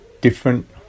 different